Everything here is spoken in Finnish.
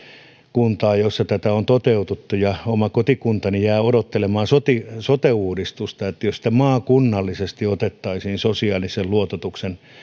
kuntaa joissa tätä on toteutettu oma kotikuntani jää odottelemaan sote sote uudistusta jos sitten maakunnallisesti otettaisiin sosiaalisen luototuksen